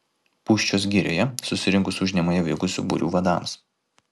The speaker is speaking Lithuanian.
pūščios girioje susirinkus užnemunėje veikusių būrių vadams